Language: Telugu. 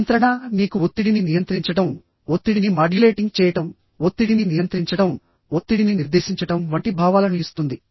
నియంత్రణ మీకు ఒత్తిడిని నియంత్రించడం ఒత్తిడిని మాడ్యులేటింగ్ చేయడం ఒత్తిడిని నియంత్రించడం ఒత్తిడిని నిర్దేశించడం వంటి భావాలను ఇస్తుంది